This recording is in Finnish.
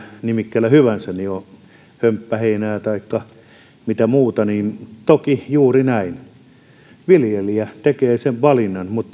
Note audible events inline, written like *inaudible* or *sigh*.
nimikkeellä hyvänsä hömppäheinää taikka mitä muuta niin toki juuri näin viljelijä tekee valinnan mutta *unintelligible*